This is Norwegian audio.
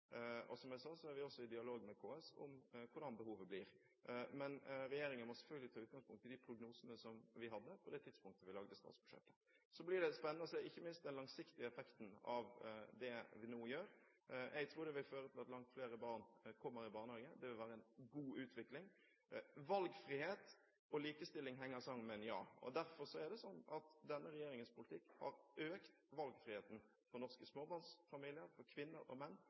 Som jeg sa, er vi også i dialog med KS om hvordan behovet blir. Men regjeringen må selvfølgelig ta utgangspunkt i de prognosene som vi hadde på det tidspunktet vi lagde statsbudsjettet. Så blir det spennende å se ikke minst den langsiktige effekten av det vi nå gjør. Jeg tror det vil føre til at langt flere barn kommer i barnehage. Det vil være en god utvikling. Valgfrihet og likestilling henger sammen, mener jeg. Derfor er det sånn at denne regjeringens politikk har økt valgfriheten for norske småbarnsfamilier, for kvinner og menn,